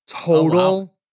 total